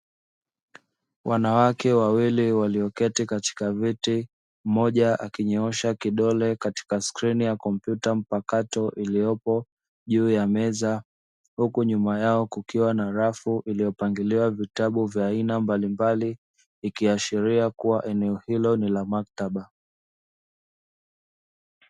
Wanawake wawili walioketi katika viti moja akinyoosha kidole katika skrini ya kompyuta mpakato iliyopo juu ya meza huku nyuma yao kukiwa na rafu iliyopangiliwa vitabu vya aina mbalimbali ikiashiria kuwa eneo hilo ni la maktaba.